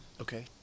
okay